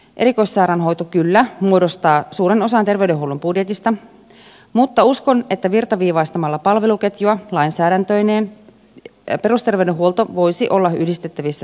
erikoissairaanhoito kyllä muodostaa suuren osan terveydenhuollon budjetista mutta uskon että virtaviivaistamalla palveluketjua lainsäädäntöineen perusterveydenhuolto voisi olla yhdistettävissä erikoissairaanhoitoon